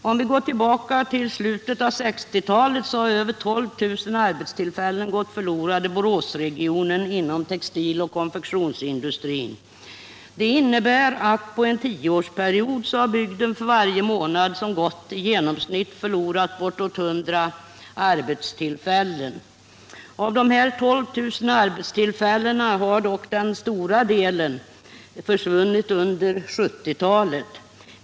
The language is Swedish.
Om vi går tillbaka till slutet av 1960-talet, finner vi att över 12 000 arbetstillfällen har gått förlorade i Boråsregionen inom textiloch konfektionsindustrin. Det innebär att bygden på en tioårsperiod för varje månad som gått förlorat i genomsnitt bortåt 100 arbetstillfällen. Av dessa 12 000 arbetstillfällen har dock den stora delen försvunnit under 1970 talet.